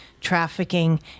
trafficking